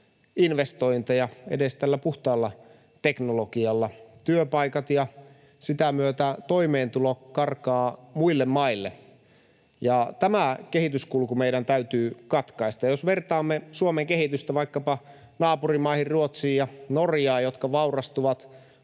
investointeja edes tällä puhtaalla teknologialla. Työpaikat ja sitä myötä toimeentulo karkaavat muille maille, ja tämä kehityskulku meidän täytyy katkaista. Jos vertaamme Suomen kehitystä vaikkapa naapurimaihin Ruotsiin ja Norjaan, jotka vaurastuvat